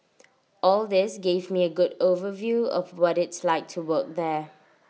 all this gave me A good overview of what it's like to work there